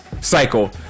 cycle